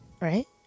Right